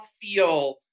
feel